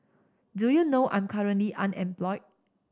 do you know I'm currently unemployed